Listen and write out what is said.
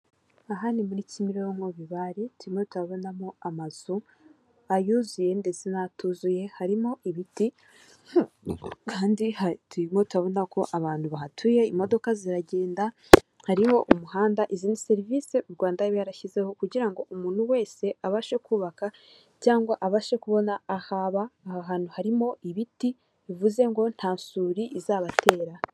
Aha ni i muri kimironko Bibare turimo turabonamo amazu ayuzuye z n'atuzuye harimo ibiti kandi hari motebona ko abantu bahatuye imodoka ziragenda hariho umuhanda izi ni serivisi u Rwanda rwashyizeho kugira ngo umuntu wese abashe kubaka cyangwa abashe kubona aho aba , aho hantu harimo ibiti bivuze ngo nta suri izabatera.